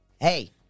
hey